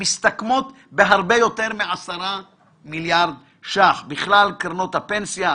המסתכמות בהרבה יותר מ-10 מיליארד ₪ בכלל קרנות הפנסיה,